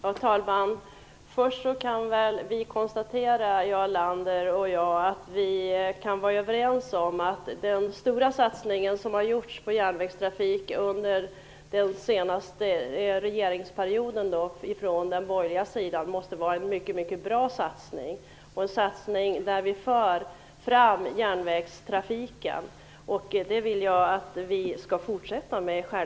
Fru talman! Först kan vi väl, Jarl Lander, konstatera att vi är överens om att den stora satsningen från den borgerliga sidan på järnvägstrafik under den senaste regeringsperioden måste vara en mycket, mycket bra satsning - en satsning som innebär att vi för fram järnvägstrafiken. Det vill jag självklart att vi skall fortsätta med.